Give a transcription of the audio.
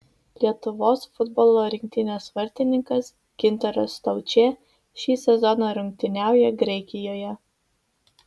lietuvos futbolo rinktinės vartininkas gintaras staučė šį sezoną rungtyniauja graikijoje